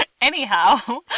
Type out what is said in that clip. Anyhow